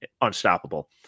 unstoppable